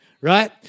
right